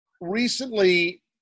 recently